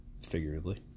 figuratively